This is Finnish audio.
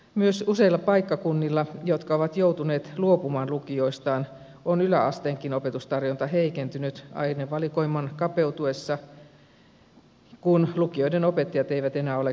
myös useilla paikkakunnilla jotka ovat joutuneet luopumaan lukioistaan on yläasteenkin opetustarjonta heikentynyt ainevalikoiman kapeutuessa kun lukioiden opettajat eivät enää ole käytössä